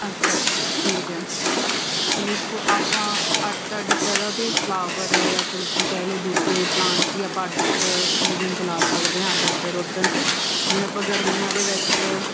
ਅੱਛਾ ਅੱਛਾ ਠੀਕ ਹੈ ਵੇਖੋ ਆਪਾਂ ਅੱਡ ਅੱਡ ਤਰ੍ਹਾਂ ਦੇ ਫਲਾਵਰ ਜਾਂ ਫਿਰ ਕਹਿ ਲਓ ਦੂਜੇ ਪਲਾਂਟ 'ਚ ਵੀ ਆਪਾਂ ਅੱਡ ਅੱਡ ਸੀਜ਼ਨ 'ਚ ਲਾ ਸਕਦੇ ਹਾਂ ਅੱਡ ਅੱਡ ਰੁੱਤ 'ਚ ਜਿਵੇਂ ਆਪਾਂ ਗਰਮੀਆਂ ਦੇ ਵਿੱਚ